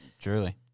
Truly